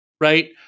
right